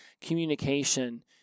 communication